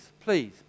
please